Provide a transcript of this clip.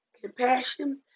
compassion